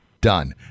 Done